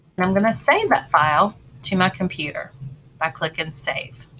and i'm going to save that file to my computer by clicking save,